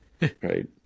Right